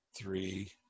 Three